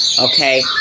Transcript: Okay